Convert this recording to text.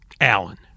Allen